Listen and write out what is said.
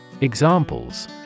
Examples